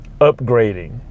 upgrading